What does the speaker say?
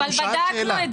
הוא שאל שאלה.